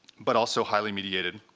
but also highly mediated.